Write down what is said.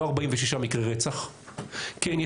לא 46 מקרי רצח; כן,